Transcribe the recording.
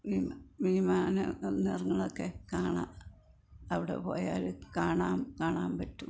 വിമാനം വന്നിറങ്ങുന്നതൊക്കെ കാണാം അവിടെപ്പോയാൽ കാണാം കാണാൻ പറ്റും